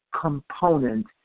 component